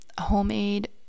homemade